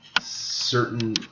certain